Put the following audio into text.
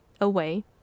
away